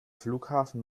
flughafen